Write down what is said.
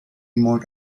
malt